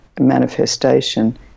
manifestation